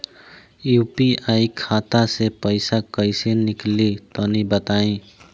UPI खाता से पइसा कइसे निकली तनि बताई?